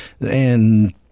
and-